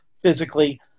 physically